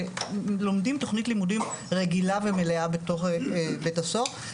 לומדים תכנית לימודים רגילה ומלאה בתוך בית הסוהר.